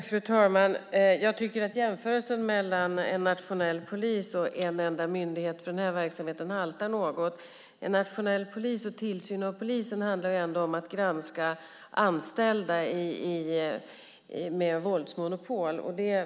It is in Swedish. Fru talman! Jag tycker att jämförelsen mellan en nationell polis och en enda myndighet för överförmyndarverksamheten haltar något. Tillsynen av en nationell polis handlar trots allt om att granska anställda med våldsmonopol.